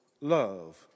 love